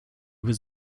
was